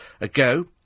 ago